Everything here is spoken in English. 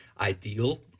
ideal